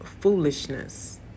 foolishness